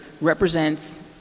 represents